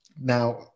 Now